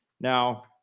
Now